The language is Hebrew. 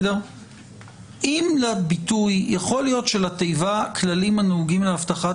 יכול להיות שלתיבה "כללים הנוגעים לאבטחת